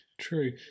True